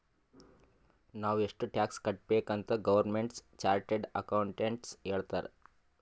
ನಾವ್ ಎಷ್ಟ ಟ್ಯಾಕ್ಸ್ ಕಟ್ಬೇಕ್ ಅಂತ್ ಗೌರ್ಮೆಂಟ್ಗ ಚಾರ್ಟೆಡ್ ಅಕೌಂಟೆಂಟ್ ಹೇಳ್ತಾರ್